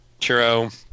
Churro